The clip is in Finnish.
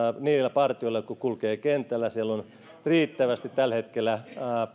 niillä partioilla jotka kulkevat kentällä siellä on riittävästi tällä hetkellä